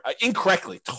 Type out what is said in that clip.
incorrectly